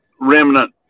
remnant